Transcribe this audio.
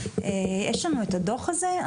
יש לנו את הדוח הזה?